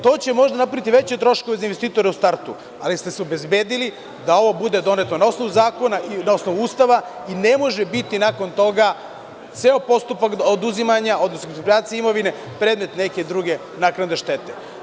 To će možda napraviti veće troškove za investitore u startu, ali ste se obezbedili da ovo bude doneto na osnovu zakona, na osnovu Ustava i ne može biti nakon toga ceo postupak oduzimanja, odnosno eksproprijacije imovine, predmet neke druge naknade štete.